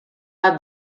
bat